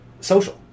social